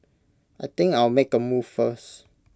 I think I'll make A move first